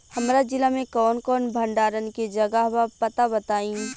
हमरा जिला मे कवन कवन भंडारन के जगहबा पता बताईं?